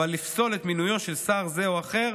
אבל לפסול את מינויו של שר זה או אחר,